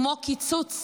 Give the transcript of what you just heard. כמו קיצוץ